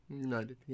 United